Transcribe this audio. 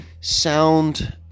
sound